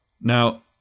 Now